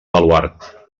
baluard